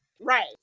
Right